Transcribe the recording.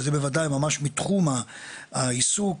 וזה בוודאי מתחום העיסוק,